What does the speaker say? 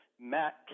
Matt